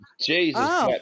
jesus